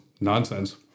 nonsense